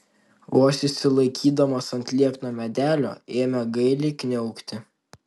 vos išsilaikydamas ant liekno medelio ėmė gailiai kniaukti